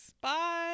Bye